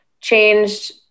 changed